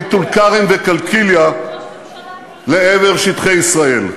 מטול-כרם וקלקיליה לעבר שטחי ישראל?